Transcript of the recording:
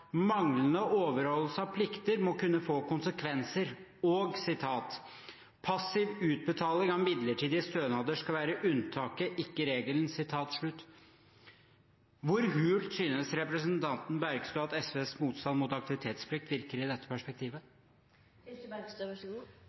overholdelse av plikter må kunne få konsekvenser.» Og: «Passiv utbetaling av midlertidige stønader skal være unntaket, ikke regelen.» Hvor hult synes representanten Bergstø at SVs motstand mot aktivitetsplikt virker i dette perspektivet?